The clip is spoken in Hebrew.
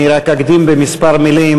אני רק אקדים בכמה מילים.